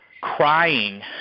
crying